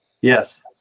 Yes